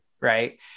right